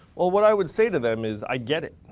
well, what i would say to them is i get it.